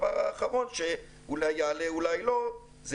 הדבר האחרון שאולי יעלה ואולי לא זה